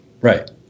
Right